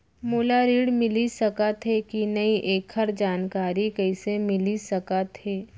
मोला ऋण मिलिस सकत हे कि नई एखर जानकारी कइसे मिलिस सकत हे?